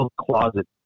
closet